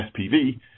SPV